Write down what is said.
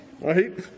Right